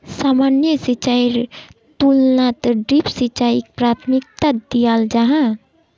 सामान्य सिंचाईर तुलनात ड्रिप सिंचाईक प्राथमिकता दियाल जाहा